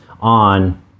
on